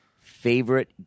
Favorite